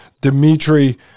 Dmitry